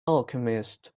alchemist